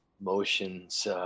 emotions